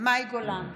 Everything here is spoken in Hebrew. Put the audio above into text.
מאי גולן,